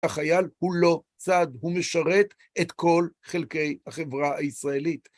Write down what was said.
החייל הוא לא צעד, הוא משרת את כל חלקי החברה הישראלית.